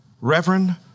Reverend